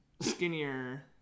skinnier